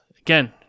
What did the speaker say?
Again